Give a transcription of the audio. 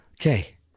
Okay